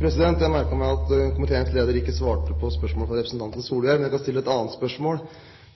men jeg kan stille et annet spørsmål.